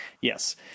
yes